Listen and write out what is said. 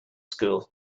school